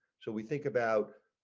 so we think about